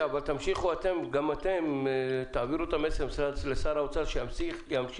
אבל גם אתם תעבירו את המסר לשר האוצר, שימשיך